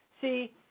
See